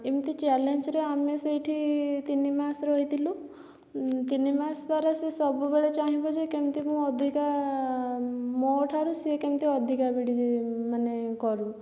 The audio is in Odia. ଏମିତି ଚ୍ୟାଲେଞ୍ଜରେ ଆମେ ସେଇଠି ତିନିମାସେ ରହିଥିଲୁ ତିନିମାସ ସାରା ସେ ସବୁବେଳେ ଚାହିଁବ ଯେ କେମିତି ମୁଁ ଅଧିକା ମୋ ଠାରୁ ସିଏ କେମିତି ଅଧିକା ବିଡ଼ି ମାନେ କରୁ